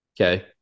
okay